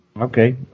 Okay